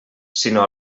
sinó